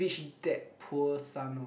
rich dad poor son or